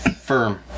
Firm